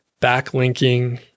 backlinking